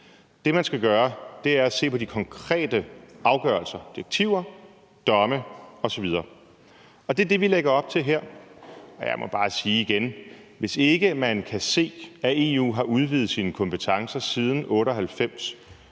Det, man skal gøre, er at se på de konkrete afgørelser, direktiver, domme osv. Og det er det, vi lægger op til her. Jeg må bare igen sige, at hvis ikke man kan se, at EU har udvidet sine kompetencer siden 1998,